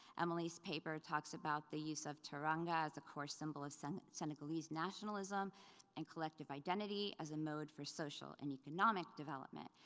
emily's paper talks about the use of teranga as a core symbol of so and senegalese nationalism and collective identity as a mode for social and economic development.